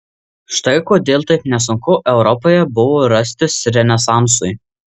štai kodėl taip nesunku europoje buvo rastis renesansui